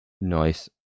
Nice